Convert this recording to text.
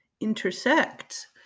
intersects